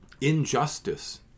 Injustice